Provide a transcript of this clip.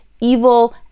evil